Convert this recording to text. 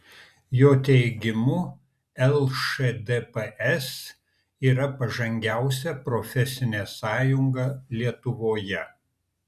jo teigimu lšdps yra pažangiausia profesinė sąjunga lietuvoje